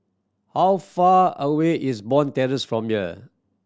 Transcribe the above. how far away is Bond Terrace from here